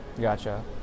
Gotcha